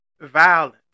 violence